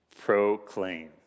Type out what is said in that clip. Proclaim